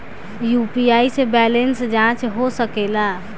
UPI से balance जाँच हो सके ला?